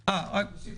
אה, לסיכום.